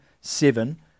seven